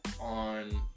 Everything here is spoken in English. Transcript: on